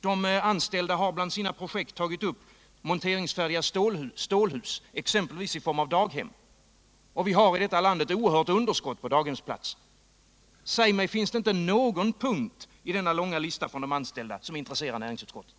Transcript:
De anställda har bland de projekt de föreslår tagit upp monteringsfärdiga stålhus, exempelvis för daghem. Vi har i det här landet ett oerhört underskott på daghemsplatser. Säg mig: Finns inte någon punkt i denna långa lista från de anställda som intresserar näringsutskottet?